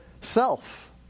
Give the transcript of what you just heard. self